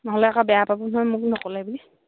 নহ'লে আকৌ বেয়া পাব নহয় মোক নকলে বুলি